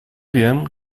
wiem